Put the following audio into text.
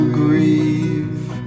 grieve